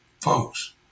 Folks